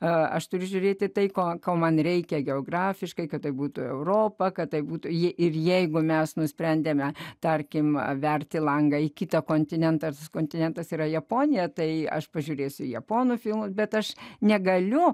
aš turiu žiūrėti tai ko ko man reikia geografiškai kad tai būtų europa kad tai būtų ji ir jeigu mes nusprendėme tarkim atverti langą į kitą kontinentą ir tas kontinentas yra japonija tai aš pažiūrėsiu japonų filmų bet aš negaliu